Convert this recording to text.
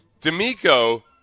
D'Amico